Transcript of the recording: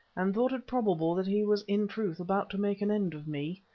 and thought it probable that he was in truth about to make an end of me.